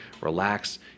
relax